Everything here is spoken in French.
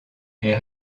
est